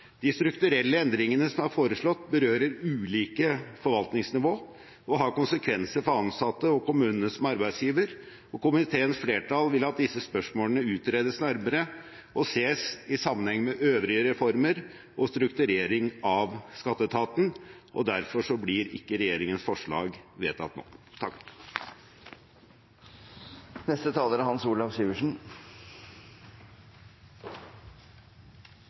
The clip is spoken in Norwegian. De strukturelle endringene som er foreslått, berører ulike forvaltningsnivå og har konsekvenser for ansatte og kommunene som arbeidsgiver. Komiteens flertall vil at disse spørsmålene utredes nærmere og ses i sammenheng med øvrige reformer og strukturering av skatteetaten. Derfor blir ikke regjeringens forslag vedtatt nå.